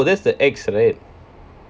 oh that's the ex right